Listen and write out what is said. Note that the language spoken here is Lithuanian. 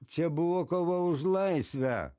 čia buvo kova už laisvę